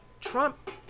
Trump